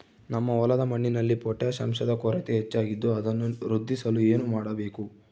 ನಮ್ಮ ಹೊಲದ ಮಣ್ಣಿನಲ್ಲಿ ಪೊಟ್ಯಾಷ್ ಅಂಶದ ಕೊರತೆ ಹೆಚ್ಚಾಗಿದ್ದು ಅದನ್ನು ವೃದ್ಧಿಸಲು ಏನು ಮಾಡಬೇಕು?